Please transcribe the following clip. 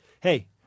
Hey